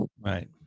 Right